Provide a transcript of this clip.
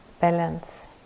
Balance